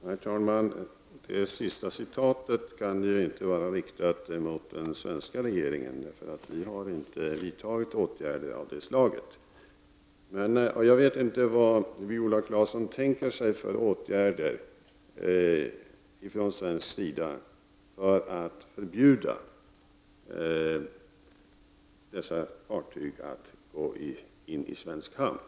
Herr talman! Det citat som Viola Claesson avslutade sitt inlägg med kan inte vara riktat mot den svenska regeringen. Den har inte vidtagit åtgärder av det slaget. Jag vet inte vad Viola Claesson tänker sig för åtgärder från svensk sida för att förbjuda dessa fartyg att gå in i svensk hamn.